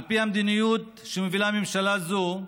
על פי המדיניות שמובילה ממשלה זו,